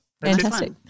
Fantastic